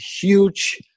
huge